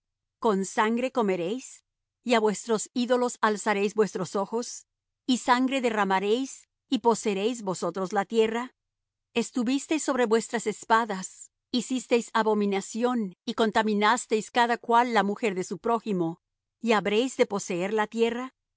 con sangre comeréis y á vuestros ídolos alzaréis vuestros ojos y sangre derramaréis y poseeréis vosotros la tierra estuvisteis sobre vuestras espadas hicisteis abominación y contaminasteis cada cual la mujer de su prójimo y habréis de poseer la tierra